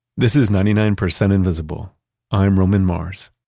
this is ninety nine percent invisible i'm roman mars